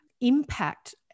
impact